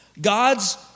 God's